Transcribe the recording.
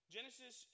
Genesis